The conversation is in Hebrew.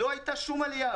אבל לא הייתה שום עלייה,